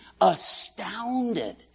astounded